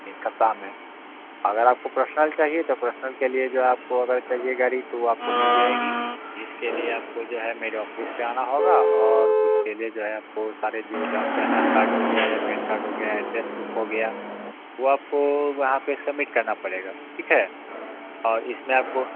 एक सप्ताह में अगर आपको पर्सनल चाहिए तो पर्सनल के लिए जो है आपको अगर चहिए गाड़ी तो आपको मिल जाएगी गाड़ी इसके लिए आपको जो है मेरे ऑफिस पर आना होगा और उसके लिए जो है आपको आधार कार्ड हो गया पैन कार्ड हो गया अड्रेस बुक हो गया वो आपको वहाँ पर सबमिट करना पड़ेगा ठीक है और इसमें आपको